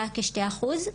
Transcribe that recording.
היה כשתי אחוז,